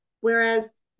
whereas